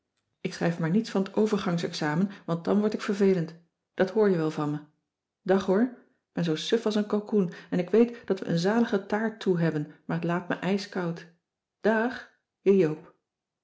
ik schrijf maar niets van t overgangs examen want dan word ik vervelend dat hoor je wel van me dag hoor k ben zoo suf als een kalkoen en ik weet dat we een zalige taart toe hebben maar t laat me ijskoud dààg je joop